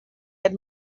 had